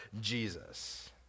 Jesus